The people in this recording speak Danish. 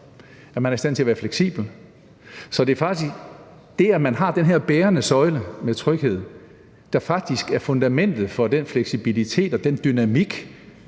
at man er i stand til at være fleksibel. Så det, at man har den her bærende søjle med tryghed, er faktisk fundamentet for den fleksibilitet og den dynamik,